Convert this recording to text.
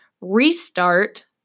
restart